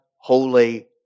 holy